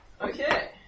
Okay